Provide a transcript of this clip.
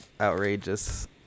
outrageous